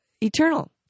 eternal